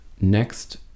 Next